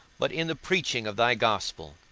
but in the preaching of thy gospel.